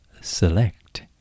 select